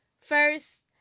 First